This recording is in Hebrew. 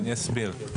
אני אסביר.